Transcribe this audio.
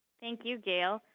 thank you, gail.